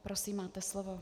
Prosím, máte slovo.